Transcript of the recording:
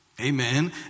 Amen